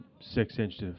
six-inch